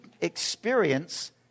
experience